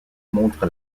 montre